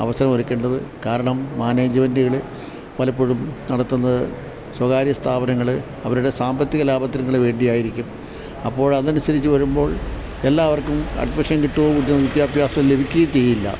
അവസരം ഒരുക്കേണ്ടത് കാരണം മാനേജ്മെൻറ്റുകൾ പലപ്പോഴും നടത്തുന്നത് സ്വകാര്യ സ്ഥാപനങ്ങൾ അവരുടെ സാമ്പത്തിക ലാഭത്തിനും കൂടെ വേണ്ടിയായിരിക്കും അപ്പോൾ അതനുസരിച്ച് വരുമ്പോൾ എല്ലാവർക്കും അഡ്മിഷൻ കിട്ടോമില്ല വിദ്യാഭ്യാസം ലഭിക്കുകയും ചെയ്യില്ല